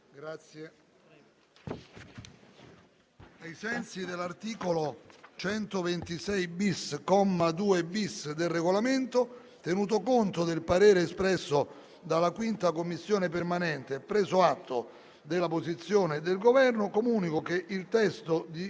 Ai sensi dell'articolo 126-*bis*, comma 2-*bis*, del Regolamento, tenuto conto del parere espresso dalla 5ª Commissione permanente e preso atto della posizione del Governo, comunico che il testo del